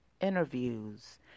interviews